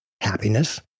Happiness